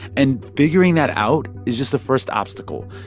and figuring that out is just the first obstacle.